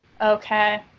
okay